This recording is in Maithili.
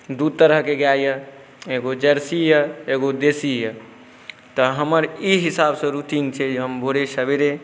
दुइ तरहके गाइ अइ एगो जर्सी अइ एगो देशी अइ तऽ हमर ई हिसाबसँ रूटीन छै जे हम भोरे सवेरे